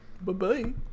bye-bye